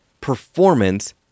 performance